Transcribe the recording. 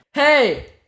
Hey